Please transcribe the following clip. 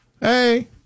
Hey